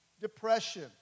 Depression